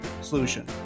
solution